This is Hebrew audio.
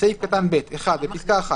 (א)בסעיף קטן (ב) (1)בפסקה (1),